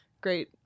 great